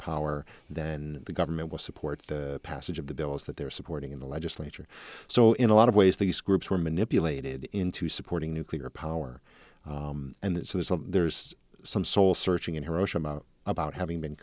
power then the government will support the passage of the bill is that they're supporting in the legislature so in a lot of ways these groups were manipulated into supporting nuclear power and so there's a there's some soul searching in hiroshima about having been